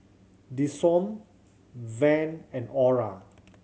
Deshaun Van and Ora